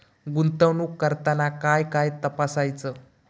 गुंतवणूक करताना काय काय तपासायच?